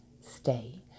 Stay